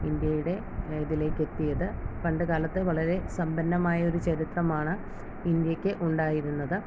ഇന്ത്യയുടെ ഇതിലേക്കെത്തിയത് പണ്ട് കാലത്ത് വളരെ സമ്പന്നമായ ഒരു ചരിത്രമാണ് ഇന്ത്യയ്ക്ക് ഉണ്ടായിരുന്നത്